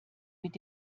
mit